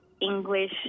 English